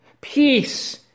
Peace